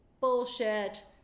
bullshit